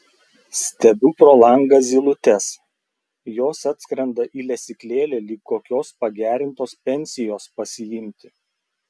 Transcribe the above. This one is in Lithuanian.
stebiu pro langą zylutes jos atskrenda į lesyklėlę lyg kokios pagerintos pensijos pasiimti